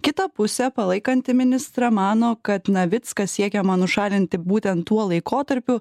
kita pusė palaikanti ministrą mano kad navicką siekiama nušalinti būtent tuo laikotarpiu